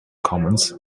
commons